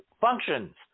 functions